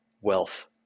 wealth